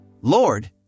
Lord